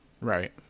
Right